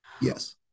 Yes